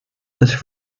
was